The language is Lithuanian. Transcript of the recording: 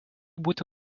būti